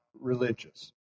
religious